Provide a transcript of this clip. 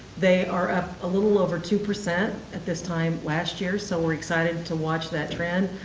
they are up a little over two percent at this time last year, so we're excited to watch that trend.